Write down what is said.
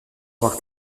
avoir